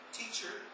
Teacher